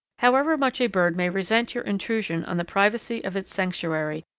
however much a bird may resent your intrusion on the privacy of its sanctuary,